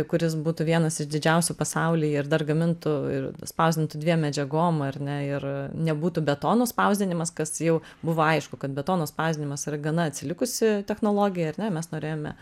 kuris būtų vienas iš didžiausių pasaulyje ir dar gamintų ir spausdintų dviem medžiagom ar ne ir nebūtų betonu spausdinimas kas jau buvo aišku kad betono spausdinimas yra gana atsilikusi technologija ar ne mes norėjome